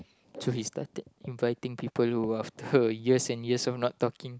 so he started inviting people who after years and years of not talking